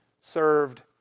served